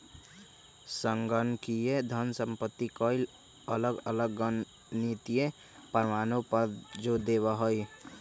संगणकीय धन संपत्ति कई अलग अलग गणितीय प्रमाणों पर जो देवा हई